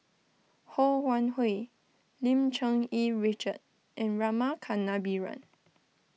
Ho Wan Hui Lim Cherng Yih Richard and Rama Kannabiran